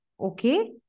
okay